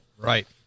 Right